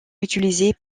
utilisée